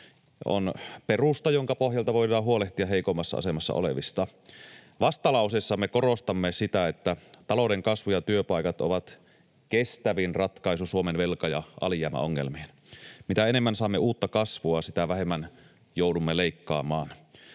on perusta, jonka pohjalta voidaan huolehtia heikoimmassa asemassa olevista. Vastalauseessamme korostamme sitä, että talouden kasvu ja työpaikat ovat kestävin ratkaisu Suomen velka- ja alijäämäongelmiin. Mitä enemmän saamme uutta kasvua, sitä vähemmän joudumme leikkaamaan.